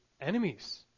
enemies